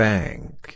Bank